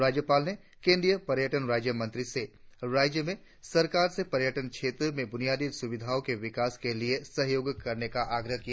राज्यपाल ने केंद्रीय पर्यटन राज्य मंत्री से राज्य में सरकार से पर्यटन क्षेत्र में बुनियादी सुविधाओं के विकास के लिए सहयोग करने का आग्रह किया